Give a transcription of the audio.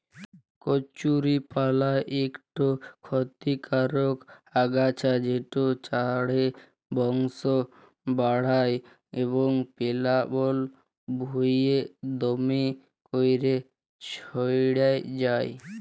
কচুরিপালা ইকট খতিকারক আগাছা যেট চাঁড়ে বংশ বাঢ়হায় এবং পেলাবল ভুঁইয়ে দ্যমে ক্যইরে ছইড়াই যায়